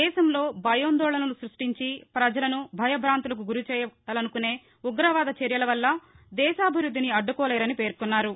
దేశంలో భయాందోళనలు సృష్టించి పజలను భయ భాంతులకు గురి చెయ్యాలనుకునే ఉగ్రవాద చర్యల వల్ల దేశాభివృద్ధిని అడ్టకోలేరని పేర్కొన్నారు